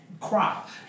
crop